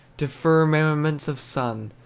to firmaments of sun,